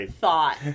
thought